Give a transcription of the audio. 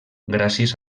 gràcies